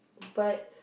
but